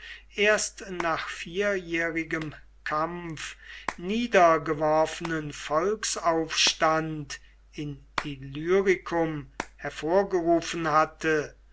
erst nach vierjährigem kampf niedergeworfenen volksaufstand in illyricum hervorgerufen hatte